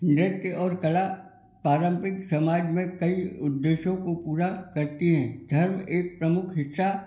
नृत्य ओर कला पारंपरिक समाज में कई उद्देश्यों को पूरा करती है धर्म एक प्रमुख शिक्षा